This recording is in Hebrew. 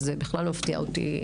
אז זה בכלל מפתיע אותי.